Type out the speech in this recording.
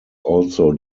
also